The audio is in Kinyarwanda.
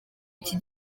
iki